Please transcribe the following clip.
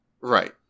Right